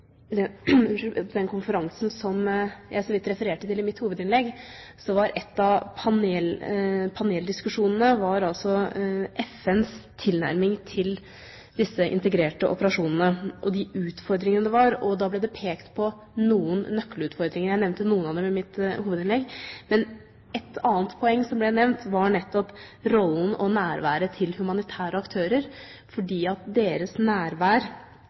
mitt hovedinnlegg, var en av paneldiskusjonene FNs tilnærming til disse integrerte operasjonene og de utfordringene det var. Det ble pekt på noen nøkkelutfordringer. Jeg nevnte noen av dem i mitt hovedinnlegg. Men et annet poeng som ble nevnt, var nettopp rollen og nærværet til humanitære aktører, fordi deres nærvær